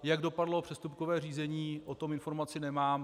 Jak dopadlo přestupkové řízení, o tom informaci nemám.